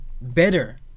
better